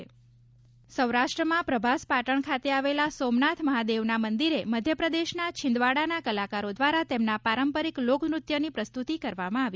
આદિવાસી કલાકારો સૌરાષ્ટ્રમાં પ્રભાસ પાટણ ખાતે આવેલા સોમનાથ મહાદેવના મંદિરે મધ્યપ્રદેશના છીંદવાડાના કલાકારો દ્વારા તેમના પારંપરિક લોકનૃત્યની પ્રસ્તુતિ કરવામાં આવી